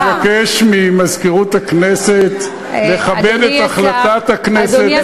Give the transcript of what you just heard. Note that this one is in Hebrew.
אני מבקש ממזכירות הכנסת לכבד את החלטת הכנסת,